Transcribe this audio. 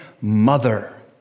mother